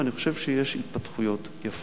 ואני חושב שיש התפתחויות יפות.